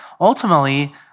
ultimately